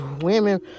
women